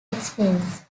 explains